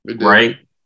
right